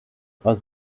aus